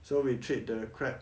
so we treat the crab